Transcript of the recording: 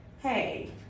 hey